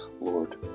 Lord